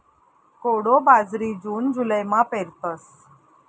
कोडो बाजरी जून जुलैमा पेरतस